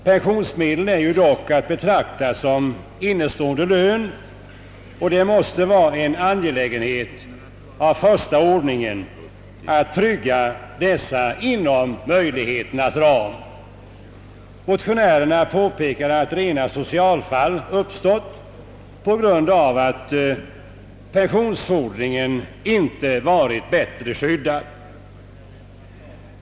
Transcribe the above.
Pensionsmedel är dock att betrakta som innestående lön, och det måste vara en angelägenhet av första ordningen att trygga den inom möjligheternas ram. Motionärerna påpekar att rena socialfall uppstått på grund av att pensionsfordringen inte varit bättre skyddad.